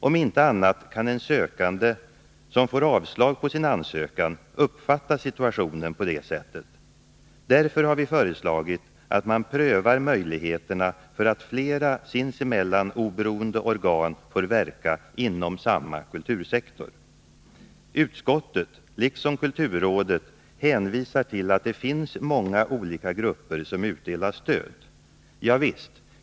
Om inte annat kan en sökande som får avslag på sin ansökan uppfatta situationen på det sättet. Därför har vi föreslagit att man skall pröva möjligheterna för att flera, sinsemellan oberoende, organ får verka inom samma kultursektor. Utskottet, liksom kulturrådet, hänvisar till att det finns många olika grupper som utdelar stöd. Ja visst.